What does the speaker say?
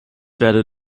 werde